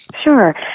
Sure